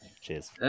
Cheers